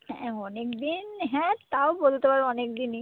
হ্যাঁ অনেক দিন হ্যাঁ তাও বলতে পারো অনেক দিনই